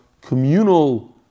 communal